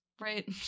right